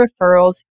referrals